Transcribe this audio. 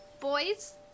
Boys